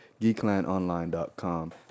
GeeklandOnline.com